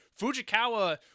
Fujikawa